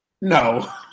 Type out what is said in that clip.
No